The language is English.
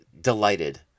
delighted